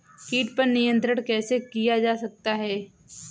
कीट पर नियंत्रण कैसे किया जा सकता है?